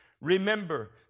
remember